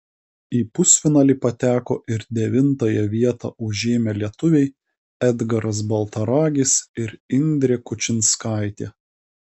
į pusfinalį pateko ir devintąją vietą užėmė lietuviai edgaras baltaragis ir indrė kučinskaitė